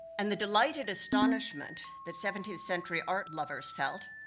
and the delighted astonishment, that seventeenth century art lovers felt,